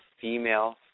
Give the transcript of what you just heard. female